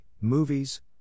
movies